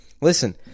Listen